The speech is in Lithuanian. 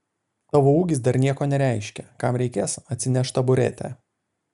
tavo ūgis dar nieko nereiškia kam reikės atsineš taburetę